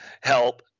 help